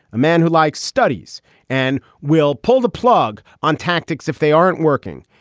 a man who likes studies and will pull the plug on tactics if they aren't working.